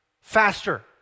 faster